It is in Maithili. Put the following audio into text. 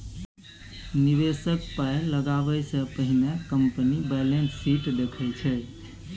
निबेशक पाइ लगाबै सँ पहिने कंपनीक बैलेंस शीट देखै छै